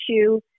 issue